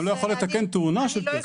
אני גם לא יכול לתקן תאונה של טסלה.